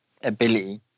ability